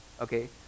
Okay